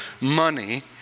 money